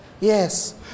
Yes